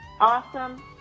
awesome